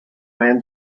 man